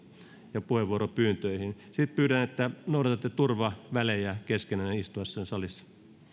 ja puheenvuoropyyntöihin sitten pyydän että noudatatte turvavälejä keskenään istuessanne salissa